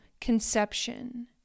conception